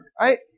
Right